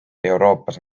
euroopas